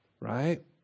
Right